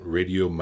Radio